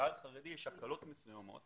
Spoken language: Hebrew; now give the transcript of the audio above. לחייל חרדי יש הקלות מסוימות